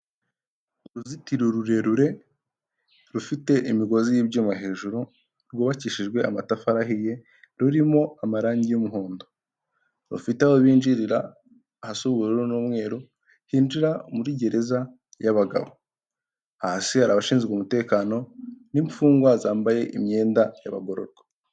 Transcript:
Uruzitiro rurerure rufite imigozi y'ibyuma hejuru rwubakishijwe amatafari ahiye, rurimo amarangi y'umuhondo, rufite aho binjirira hasi ubururu n'umweru hinjira muri gereza y'abagabo. Hasi hari abashinzwe umutekano n'imfungwa zambaye imyenda y'abagororwa.